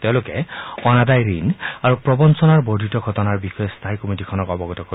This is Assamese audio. তেওঁলোকে অনাদায় ঋণ আৰু প্ৰবঞ্চনাৰ বৰ্ধিত ঘটনাৰ বিষয়ে স্থায়ী কমিটীখনক অৱগত কৰিব